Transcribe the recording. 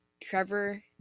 Trevor